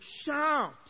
Shout